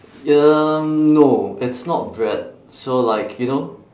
um no it's not bread so like you know